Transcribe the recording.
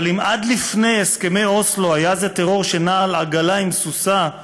אבל אם עד לפני הסכמי אוסלו זה היה טרור שנע על עגלה עם סוסה,